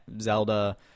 Zelda